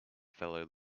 fellow